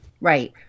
Right